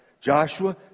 Joshua